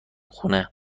خونه